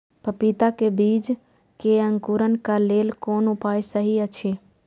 पपीता के बीज के अंकुरन क लेल कोन उपाय सहि अछि?